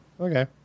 Okay